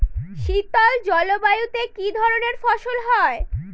শীতল জলবায়ুতে কি ধরনের ফসল হয়?